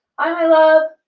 hi, my love.